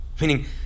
Meaning